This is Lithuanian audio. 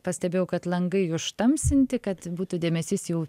pastebėjau kad langai užtamsinti kad būtų dėmesys jau